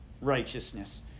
righteousness